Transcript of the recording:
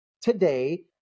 today